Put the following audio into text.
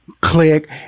click